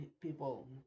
people